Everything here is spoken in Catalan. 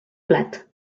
plat